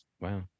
Wow